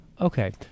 Okay